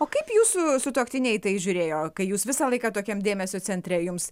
o kaip jūsų sutuoktiniai į tai žiūrėjo kai jūs visą laiką tokiam dėmesio centre jums